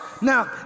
Now